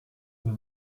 wir